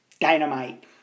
dynamite